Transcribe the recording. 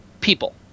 people